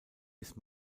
ist